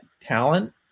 talent